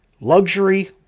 luxury